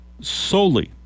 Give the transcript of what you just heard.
solely